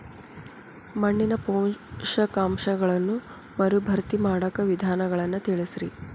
ಮಣ್ಣಿನ ಪೋಷಕಾಂಶಗಳನ್ನ ಮರುಭರ್ತಿ ಮಾಡಾಕ ವಿಧಾನಗಳನ್ನ ತಿಳಸ್ರಿ